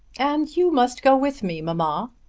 and you must go with me, mamma.